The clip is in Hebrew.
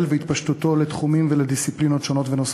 והתפשטותו לתחומים ולדיסציפלינות שונות ונוספות,